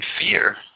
fear